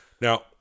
Now